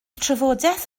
trafodaeth